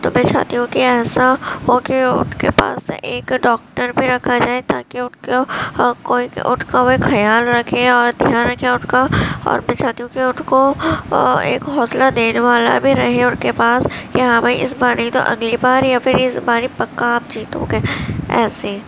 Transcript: تو میں چاہتی ہوں کہ ایسا ہو کہ ان کے پاس ایک ڈاکٹر بھی رکھا جائے تاکہ ان کا کوئی ان کا کوئی خیال رکھے اور دھیان رکھے ان کا اور میں چاہتی ہوں کہ ان کو ایک حوصلہ دینے والا بھی رہے ان کے پاس کہ ہاں بھائی اس بار نہیں تو اگلی بار یا پھر اس باری پکا آپ جیتو گے ایسے